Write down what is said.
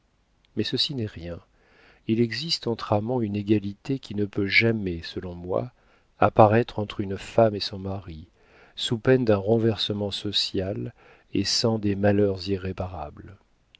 mais ceci n'est rien il existe entre amants une égalité qui ne peut jamais selon moi apparaître entre une femme et son mari sous peine d'un renversement social et sans des malheurs irréparables